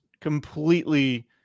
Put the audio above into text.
completely